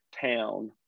town